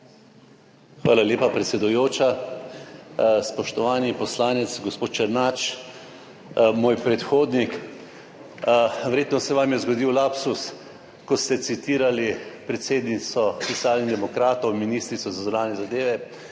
Hvala lepa, predsedujoča. Spoštovani poslanec gospod Černač, moj predhodnik, verjetno se vam je zgodil lapsus, ko ste citirali predsednico Socialnih demokratov, ministrico za zunanje zadeve,